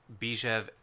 Bijev